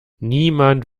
niemand